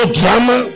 drama